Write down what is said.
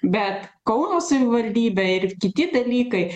bet kauno savivaldybė ir kiti dalykai